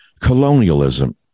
colonialism